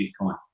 Bitcoin